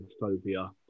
phobia